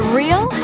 real